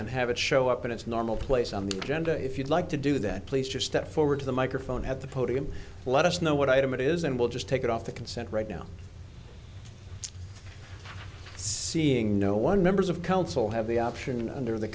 and have it show up in its normal place on the agenda if you'd like to do that please just step forward to the microphone have the podium let us know what item it is and we'll just take it off the consent right now seeing no one members of council have the option under the